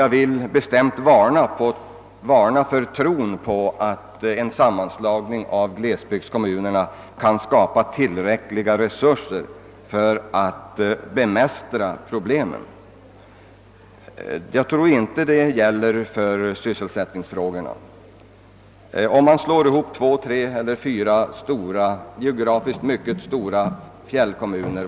Jag vill bestämt varna för tron på att en sammanslagning av glesbygdskommuner kan skapa tillräckliga resurser för att bemästra problemen. Vad hjälper det att man slår samman två, tre eller fyra geografiskt mycket stora fjäll kommuner.